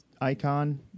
icon